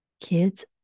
kids